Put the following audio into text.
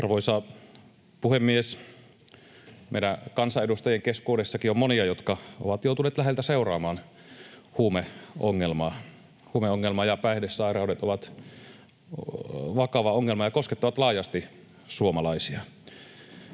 Arvoisa puhemies! Meidän kansanedustajien keskuudessakin on monia, jotka ovat joutuneet läheltä seuraamaan huumeongelmaa. Huumeongelma ja päihdesairaudet ovat vakava ongelma ja koskettavat laajasti suomalaisia.